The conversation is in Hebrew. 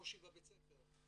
הקושי בבית ספר,